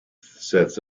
sets